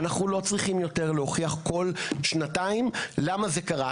אנחנו לא צריכים יותר להוכיח כל שנתיים למה זה קרה.